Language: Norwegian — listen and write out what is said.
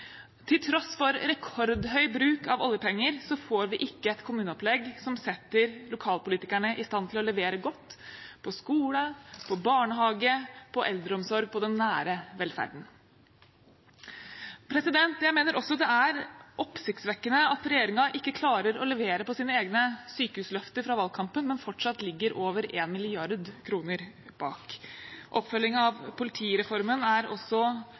Til tross for rekordhøy bruk av oljepenger får vi ikke et kommuneopplegg som setter lokalpolitikerne i stand til å levere godt på skole, på barnehage, på eldreomsorg, på den nære velferden. Jeg mener også det er oppsiktsvekkende at regjeringen ikke klarer å levere på sine egne sykehusløfter fra valgkampen, men fortsatt ligger over 1 mrd. kr bak. Oppfølgingen av politireformen er også